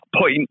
point